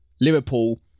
Liverpool